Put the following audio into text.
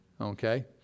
okay